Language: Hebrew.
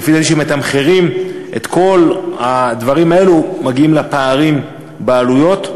כשמתמחרים את כל הדברים האלה מגיעים לפערים בעלויות.